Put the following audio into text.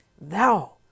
thou